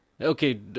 Okay